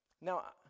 Now